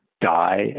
die